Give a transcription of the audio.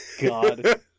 God